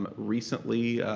um recently,